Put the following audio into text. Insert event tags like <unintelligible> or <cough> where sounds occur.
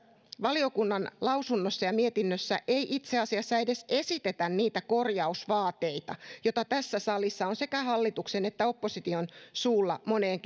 valiokunnan mietinnössä ei itse asiassa edes esitetä niitä korjausvaateita joita tässä salissa on sekä hallituksen että opposition suulla moneen <unintelligible>